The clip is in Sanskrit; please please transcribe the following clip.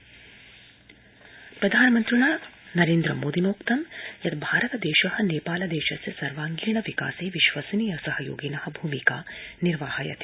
प्रधानमन्त्री नेपाल प्रधानमन्त्रिणा नरेन्द्रमोदिनोक्तं यत् भारतदेश नेपालदेशस्य सर्वागीण विकासे विश्वसनीय सहयोगिन भूमिका निर्वाहयति